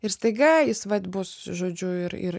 ir staiga jis vat bus žodžiu ir ir